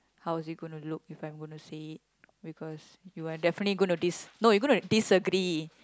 how is it gonna look if I'm going to say it because you are definitely gonna dis~ no you gonna disagree